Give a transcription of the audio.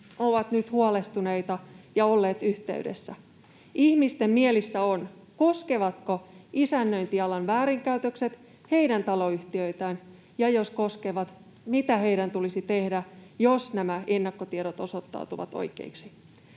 ovat nyt huolestuneita ja olleet yhteydessä. Ihmisten mielissä on, koskevatko isännöintialan väärinkäytökset heidän taloyhtiöitään, ja jos koskevat, mitä heidän tulisi tehdä, jos nämä ennakkotiedot osoittautuvat oikeiksi.